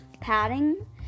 padding